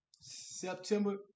September